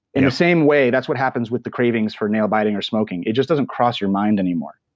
in the same way, that's what happens with the cravings for nail biting or smoking. it just doesn't cross your mind anymore.